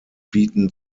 bieten